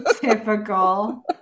Typical